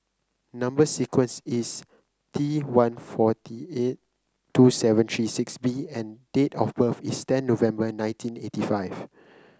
number sequence is T one forty eight two seven three six B and date of birth is ten November nineteen eighty five